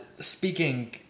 speaking